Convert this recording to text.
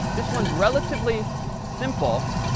this one's relatively simple,